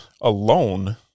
alone